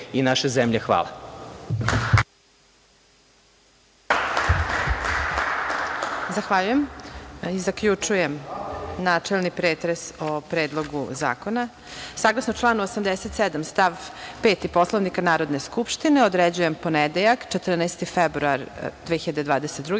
i naše zemlje. Hvala. **Elvira Kovač** Zahvaljujem. Zaključujem načelni pretres o Predlogu zakona. Saglasno članu 87. stav 5. Poslovnika Narodne skupštine, određujem ponedeljak 14. februar 2022.